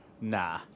Nah